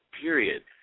period